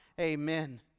amen